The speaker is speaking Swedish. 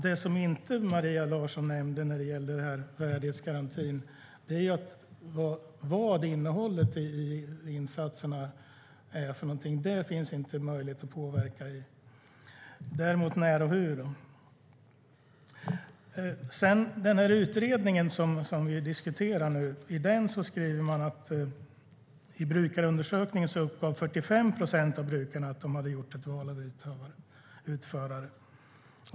Det Maria Larsson inte nämnde när det gäller värdighetsgarantin är vad innehållet i insatserna är. Det finns det inte möjlighet att påverka. Däremot kan man påverka när och hur. I den utredning vi diskuterar skriver man att 45 procent av brukarna i brukarundersökningen uppgav att de hade gjort ett val av utförare.